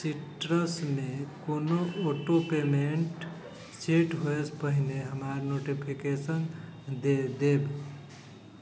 सीट्रसमे कोनो auto payment set होयसँ पहिने हमरा नोटिफिकेशन दे देब